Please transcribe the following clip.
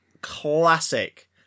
classic